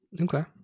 Okay